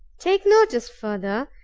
take notice, further,